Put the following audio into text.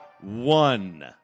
one